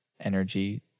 energy